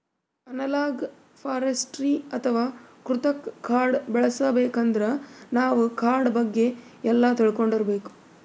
analogue forestry ಅಥವಾ ಕೃತಕ್ ಕಾಡ್ ಬೆಳಸಬೇಕಂದ್ರ ನಾವ್ ಕಾಡ್ ಬಗ್ಗೆ ಎಲ್ಲಾ ತಿಳ್ಕೊಂಡಿರ್ಬೇಕ್